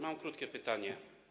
Mam krótkie pytanie.